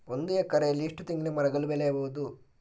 ಒಂದು ಎಕರೆಯಲ್ಲಿ ಎಷ್ಟು ತೆಂಗಿನಮರಗಳು ಬೆಳೆಯಬಹುದು?